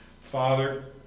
Father